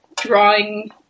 drawing